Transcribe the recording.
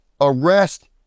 arrest